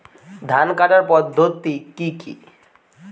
ধান কাটার পদ্ধতি কি কি?